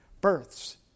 births